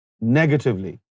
negatively